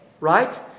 right